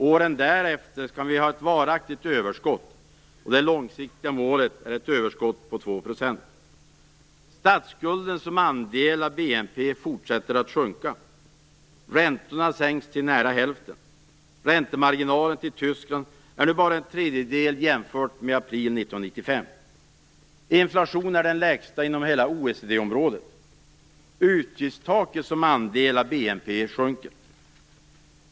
Åren därefter skall vi ha ett varaktigt överskott. Det långsiktiga målet är ett överskott på 2 %. Statsskulden som andel av BNP fortsätter att sjunka. Räntorna sänks till nära hälften. Räntemarginalen till Tyskland är nu bara en tredjedel jämfört med april 1995. Inflationen är den lägsta inom OECD-området. Utgiftstaket som andel av BNP sjunker.